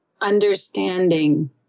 understanding